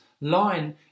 line